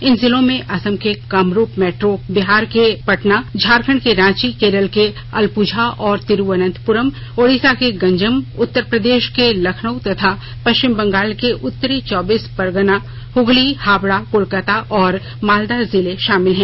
इन जिलों में असम के कामरूप मैट्रो बिहार के पटना झारखण्ड के रांची केरल के अलपुझा और तिरूवनंतपुरम ओडिशा के गंजम उत्तर प्रदेश के लखनऊ तथा पश्चिम बंगाल के उत्तरी चौबीस परगना हगली हावडा कोलकाता और मालदा जिले शामिल हैं